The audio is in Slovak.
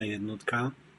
jednotka